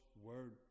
word